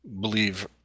believe